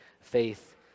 faith